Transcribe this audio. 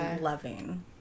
loving